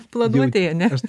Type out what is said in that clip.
planuotėj ane